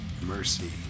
Mercy